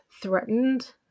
threatened